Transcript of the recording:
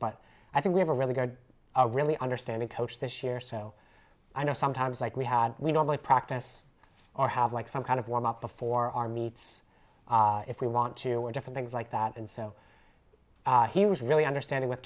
but i think we have a really good a really understanding coach this year so i know sometimes like we had we don't like practice or have like some kind of warm up before our meets if we want to we're different things like that and so he was really understanding with